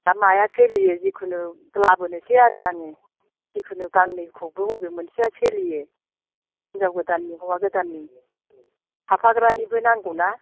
दा माया सोलियो जिखुनु लाबोनोसै आरो आङो जिखुनु गांनैखौ बबे मोनसेया सोलियो हिनजाव गोदाननि हौवा गोदाननि थाफाग्रानिबो नांगौ ना